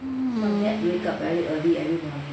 mm